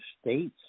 States